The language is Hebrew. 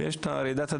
ויש רעידת אדמה.